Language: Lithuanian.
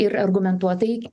ir argumentuotai